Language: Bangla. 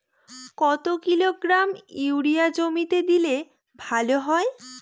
কত কিলোগ্রাম ইউরিয়া জমিতে দিলে ভালো হয়?